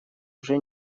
уже